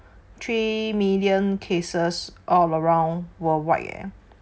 three million cases all around worldwide eh